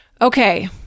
Okay